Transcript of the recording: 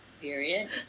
period